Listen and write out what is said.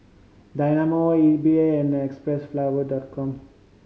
Dynamo Ezbuy and Xpressflower Dot Com